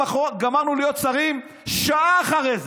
גמרנו להיות שרים, שעה אחרי זה,